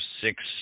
six